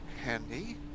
handy